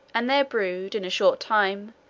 and their brood, in a short time,